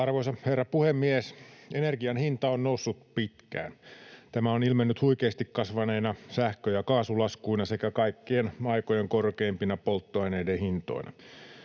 Arvoisa herra puhemies! Energian hinta on noussut pitkään. Tämä on ilmennyt huikeasti kasvaneina sähkö- ja kaasulaskuina sekä kaikkien aikojen korkeimpina polttoaineiden hintoina.